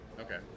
Okay